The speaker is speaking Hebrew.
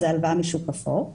זו הלוואה משוק אפור,